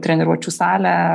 treniruočių salę